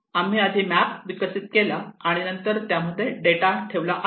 आम्ही आधी मॅप विकसित केला आणि नंतर त्या मध्ये डेटा ठेवला आहे